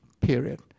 period